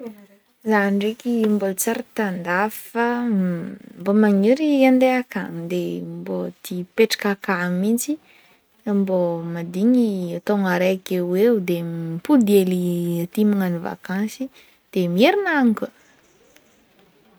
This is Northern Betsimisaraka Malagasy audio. Zah ndraiky mbola tsary tandafy fa mbo magniry andeha akagny de mbo te-hipetraka akagny mitsy mbo madigny taogno araiky eoeo de mipody hely aty magnano vakansy de mierigna agny koa.